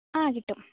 ആ കിട്ടും